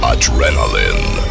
Adrenaline